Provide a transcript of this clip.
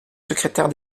secrétaire